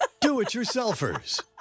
Do-it-yourselfers